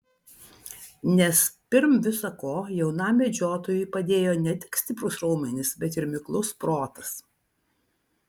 nes pirm visa ko jaunam medžiotojui padėjo ne tik stiprūs raumenys bet ir miklus protas